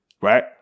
right